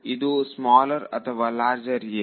ಇದು ಸ್ಮಾಲರ್ ಅಥವಾ ಲಾರ್ಜರ್ ಯೆ